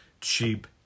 Cheap